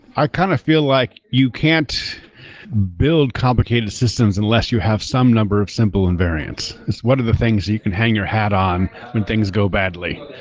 i kind of feel like you can't build complicated systems unless you have some number of simple invariants. it's one of the things you can hang your hat on when things go badly.